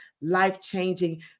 life-changing